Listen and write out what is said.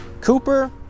Cooper